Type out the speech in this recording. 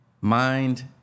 mind